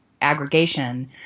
aggregation